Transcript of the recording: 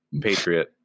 patriot